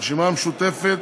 הרשימה המשותפת,